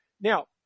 Now